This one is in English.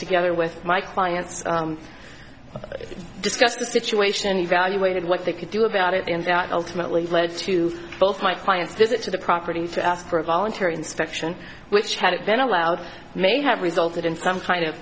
together with my clients discussed the situation evaluated what they could do about it and that ultimately led to both my client's visit to the property to ask for a voluntary inspection which had it then allowed may have resulted in some kind of